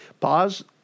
Pause